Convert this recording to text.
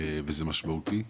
זה משמעותי.